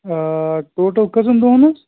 آ ٹوٹل کٔژَن دۄہَن حظ